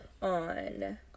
on